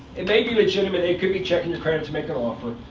it may be legitimate. they could be checking your credit to make an offer.